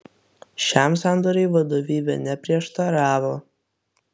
šiam sandoriui vadovybė neprieštaravo